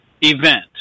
event